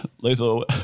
Lethal